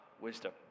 wisdom